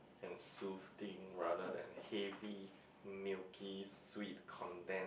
and soothing rather than heavy milky sweet condense~